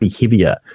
heavier